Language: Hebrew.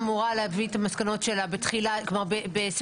הייתה אמורה להביא את המסקנות שלה כבר בספטמבר,